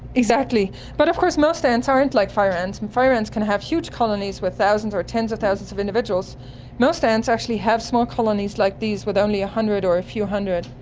exactly, but of course most ants aren't like fire ants. and fire ants can have huge colonies with thousands or tens of thousands of individuals, but most ants actually have small colonies like these with only a hundred or a few hundred.